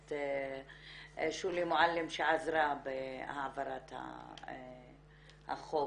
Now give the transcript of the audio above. הכנסת שולי מועלם-רפאלי שעזרה בהעברת החוק.